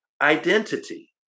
identity